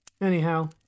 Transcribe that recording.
Anyhow